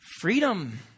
freedom